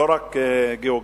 לא רק גיאוגרפית,